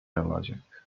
alacak